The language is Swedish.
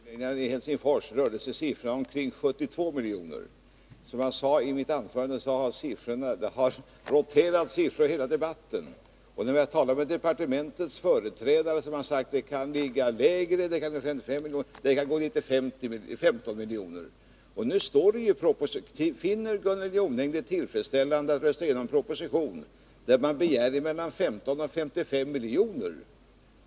Fru talman! Detta är en märklig debatt. Vid tidpunkten för överläggningarna i Helsingfors rörde sig siffran om ca 72 miljoner. Som jag sade i mitt huvudanförande har det cirkulerat siffror under hela debatten. När vi talat med departementets företrädare har de sagt att kostnaderna kan ligga lägre, att de kan rör sig om 55 miljoner och att de kan gå ner till 15 miljoner. Nu finner Gunnel Jonäng det tillfredsställande att rösta igenom en proposition, där man begär mellan 15 och 55 miljoner.